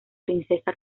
princesa